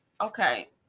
okay